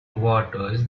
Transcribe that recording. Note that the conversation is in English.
waters